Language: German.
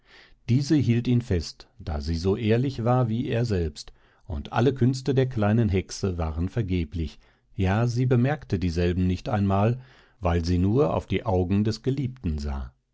diese hielt ihn fest da sie so ehrlich war wie er selbst und alle künste der kleinen hexe waren vergeblich ja sie bemerkte dieselben nicht einmal weil sie nur auf die augen des geliebten sah